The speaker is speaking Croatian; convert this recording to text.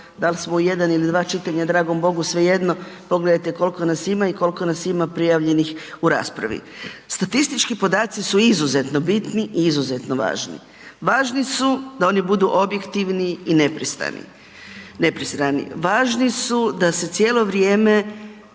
dal' smo jedan ili dva čitanja, dragom bogu svejedno, pogledajte koliko nas ima i koliko nas ima prijavljenih u raspravi. Statistički podaci su izuzetno bitni i izuzetno važni. Važni su da oni budu objektivni i nepristrani. Važni su da se cijelo vrijeme